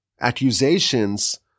accusations